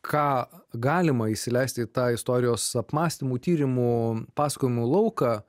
ką galima įsileisti į tą istorijos apmąstymų tyrimų pasakojimų lauką